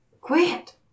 Quit